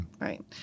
right